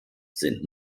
sind